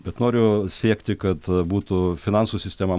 bet noriu siekti kad būtų finansų sistema